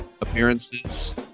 appearances